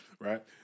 Right